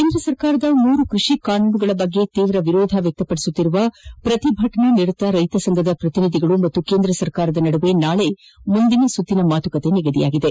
ಕೇಂದ್ರ ಸರ್ಕಾರದ ಮೂರು ಕೃಷಿ ಕಾನೂನುಗಳ ಬಗ್ಗೆ ತೀವ್ರ ವಿರೋಧ ವ್ಯಕ್ತಪಡಿಸುತ್ತಿರುವ ಪ್ರತಿಭಟನಾ ನಿರತ ರೈತ ಸಂಘದ ಪ್ರತಿನಿಧಿಗಳು ಮತ್ತು ಕೇಂದ್ರ ಸರ್ಕಾರದ ನಡುವೆ ನಾಳೆ ಮುಂದಿನ ಸುತ್ತಿನ ಮಾತುಕತೆ ನಡೆಯಲಿದೆ